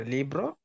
Libro